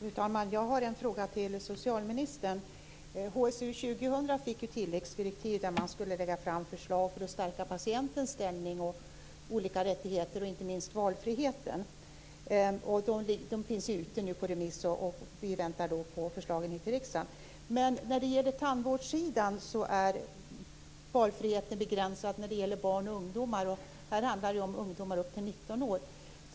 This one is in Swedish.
Fru talman! Jag har en fråga till socialministern. HSU 2000 fick ju tilläggsdirektiv om att lägga fram förslag för att stärka patientens ställning, olika rättigheter och inte minst valfrihet. Detta finns nu ute på remiss, och vi väntar på förslagen in till riksdagen. Men på tandvårdssidan är valfriheten begränsad för barn och ungdomar. Här handlar det om ungdomar upp till 19 år.